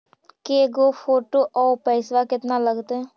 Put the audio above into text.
के गो फोटो औ पैसा केतना लगतै?